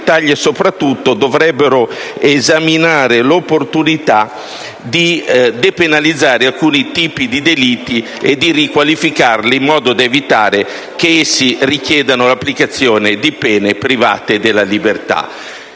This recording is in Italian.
e l'Italia soprattutto, aggiungo - «dovrebbero esaminare l'opportunità di depenalizzare alcuni tipi di delitti o di riqualificarli in modo da evitare che essi richiedano l'applicazione di pene privative della libertà».